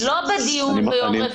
לא בדיון ביום רביעי.